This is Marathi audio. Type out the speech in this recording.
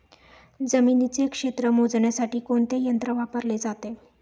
जमिनीचे क्षेत्र मोजण्यासाठी कोणते यंत्र वापरले जाते?